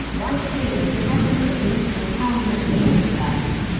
whites feared and resented the political power which they exercised.